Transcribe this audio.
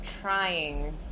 trying